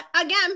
again